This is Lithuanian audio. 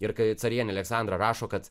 ir ka carienė aleksandra rašo kad